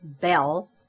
bell